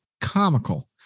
comical